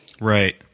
Right